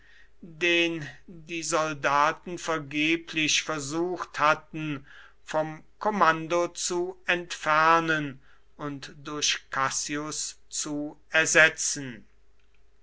den die soldaten vergeblich versucht hatten vom kommando zu entfernen und durch cassius zu ersetzen